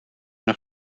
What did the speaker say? nog